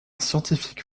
scientifique